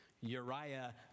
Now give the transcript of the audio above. Uriah